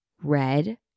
red